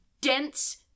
dense